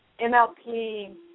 MLP